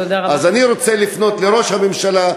אז אני רוצה לפנות לראש הממשלה,